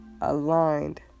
aligned